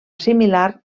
similar